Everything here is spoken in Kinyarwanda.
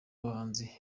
bahanzi